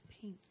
pink